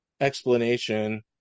explanation